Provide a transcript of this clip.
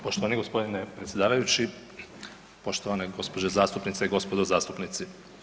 Poštovani gospodine predsjedavajući, poštovane gospođe zastupnice i gospodo zastupnici.